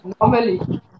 Normally